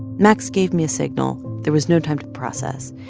max gave me a signal. there was no time to process.